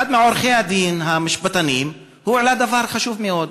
אחד מעורכי-הדין המשפטנים העלה דבר חשוב מאוד,